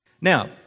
Now